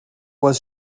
was